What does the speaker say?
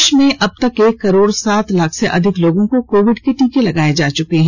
देश में अब तक एक करोड सात लाख से अधिक लोगों को कोविड का टीका लगाया जा चुका है